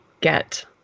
get